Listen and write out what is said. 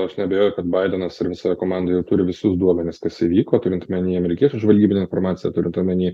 aš neabejoju kad baidenas ir visa komanda jau turi visus duomenis kas įvyko turint omeny amerikiečių žvalgybinę informaciją turint omeny